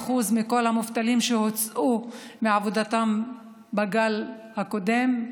40% מכל המובטלים שהוצאו מעבודתם בגל הקודם,